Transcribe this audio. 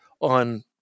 on